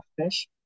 fish